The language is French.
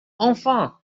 enfin